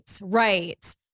Right